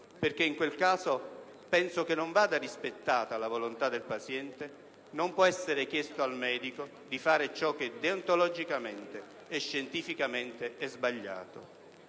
che in quel caso non vada rispettata la volontà del paziente e non possa essere chiesto al medico di fare ciò che deontologicamente e scientificamente è sbagliato.